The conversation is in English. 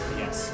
yes